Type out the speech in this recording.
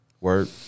word